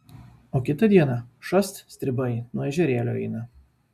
o kitą dieną šast stribai nuo ežerėlio eina